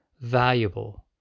valuable